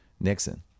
Nixon